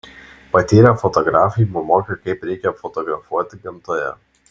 patyrę fotografai pamokė kaip reikia fotografuoti gamtoje